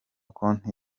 konti